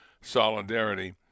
solidarity